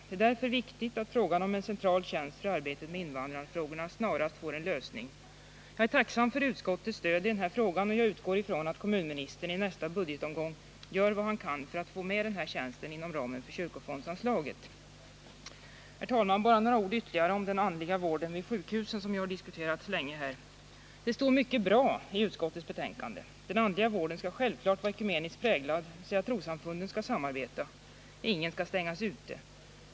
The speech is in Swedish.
Det är därför viktigt att frågan om en central tjänst för arbetet med invandrarfrågorna snarast får en lösning. Jag är tacksam för utskottets stöd i den här frågan, och jag utgår ifrån att kommunministern i nästa budgetomgång gör vad han kan för att få med denna tjänst inom ramen för kyrkofondsanslaget. Herr talman! Bara några ord ytterligare om den andliga vården vid sjukhusen, som ju här har diskuterats länge. Det står mycket som är bra i utskottets betänkande. Den andliga vården skall självfallet vara ekumeniskt präglad, dvs. trossamfunden skall samarbeta. Ingen skall stängas ute.